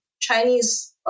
Chinese